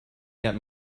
yet